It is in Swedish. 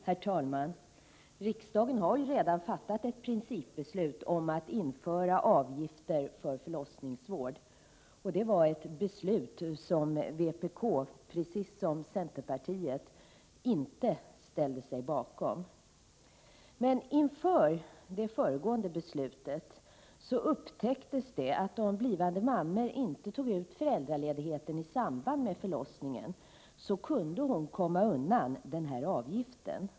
Herr talman! Riksdagen har redan fattat ett principbeslut om att införa avgifter för förlossningsvård. Det var ett beslut som vpk, precis som centerpartiet, inte ställde sig bakom. Inför det beslutet upptäcktes det att om en blivande mamma inte tog ut föräldraledigheten i samband med förlossningen, kunde hon komma undan den här avgiften.